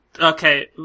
Okay